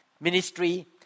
ministry